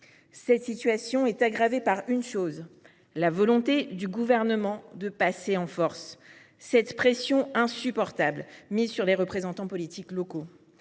Cette situation est aggravée par un autre facteur, la volonté du Gouvernement de passer en force, qui met une pression insupportable sur les représentants politiques locaux.